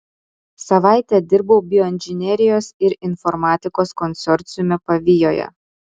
savaitę dirbau bioinžinerijos ir informatikos konsorciume pavijoje